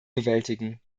bewältigen